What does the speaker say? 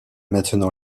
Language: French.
maintenant